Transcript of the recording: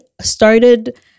started